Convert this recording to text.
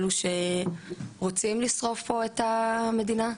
אלו שרוצים לשרוף פה את המדינה,